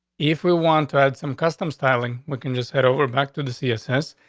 if we want to add some custom styling weaken, just head over back to the css.